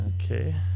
okay